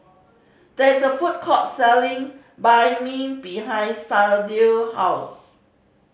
there is a food court selling Banh Mi behind Sharde house